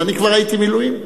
ואני כבר הייתי מילואים,